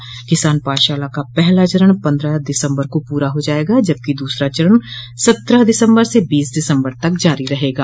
किसान पाठशाला का पहला चरण पन्द्रह दिसम्बर को पूरा हो जायेगा जबकि द्सरा चरण सत्रह दिसम्बर से बीस दिसम्बर तक जारी रहेगा